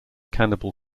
cannibal